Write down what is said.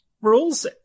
rules